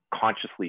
consciously